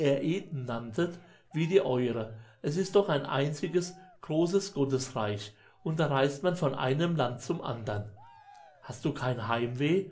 nanntet wie die eure es ist doch ein einziges großes gottesreich und da reist man von einem land zum andern hast du kein heimweh